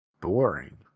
boring